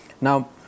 Now